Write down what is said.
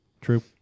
True